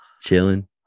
Chilling